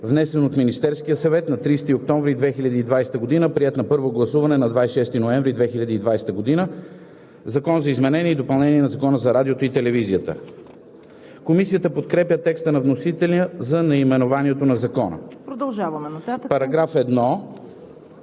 внесен от Министерския съвет на 30 октомври 2020 г., приет на първо гласуване на 26 ноември 2020 г.“ „Закон за изменение и допълнение на Закона за радиото и телевизията.“ Комисията подкрепя текста на вносителя за наименованието на Закона. Комисията подкрепя